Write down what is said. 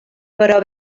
però